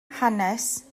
hanes